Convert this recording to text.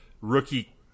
rookie